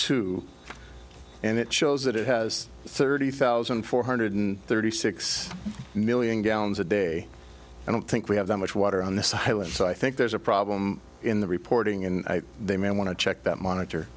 too and it shows that it has thirty thousand four hundred and thirty six million gallons a day i don't think we have that much water on this island so i think there's a problem in the reporting and they may want to check that monitor